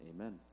Amen